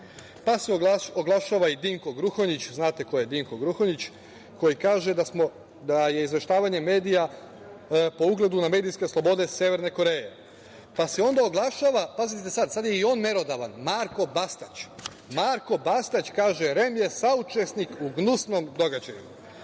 Pa se oglašava i Dinko Gruhonjić, znate ko je Dinko Gruhonjić, koji kaže da je izveštavanje medija po ugledu na medijske slobode Severne Koreje. Pa se onda oglašava, pazite sad, sad je i on merodavan, Marko Bastać, Marko Bastać kaže – REM je saučesnik u gnusnom događaju.